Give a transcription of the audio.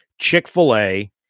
Chick-fil-A